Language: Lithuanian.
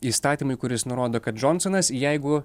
įstatymui kuris nurodo kad džonsonas jeigu